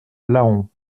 laon